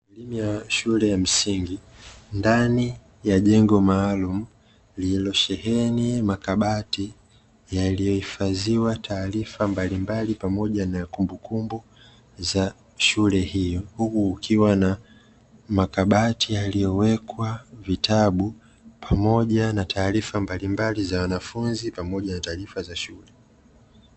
Elimu ya shule ya msingi ndani ya jengo maalumu lililosheheni makabati yaliyohifadhiwa taarifa mbalimbali pamoja na kumbukumbu za shule hiyo, huku kukiwa na makabati yaliyowekwa vitabu pamoja na taarifa mbalimbali za wanafunzi pamoja na taarifa za shule.